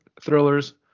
thrillers